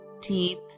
deep